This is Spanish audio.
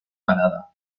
parada